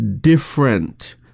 different